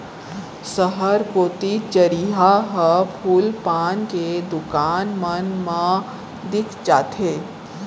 सहर कोती चरिहा ह फूल पान के दुकान मन मा दिख जाथे